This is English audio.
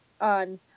on